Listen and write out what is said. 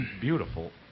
beautiful